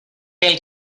pel